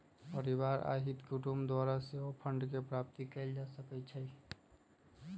परिवार आ हित कुटूम द्वारा सेहो फंडके प्राप्ति कएल जा सकइ छइ